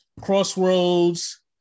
Crossroads